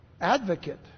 advocate